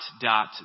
dot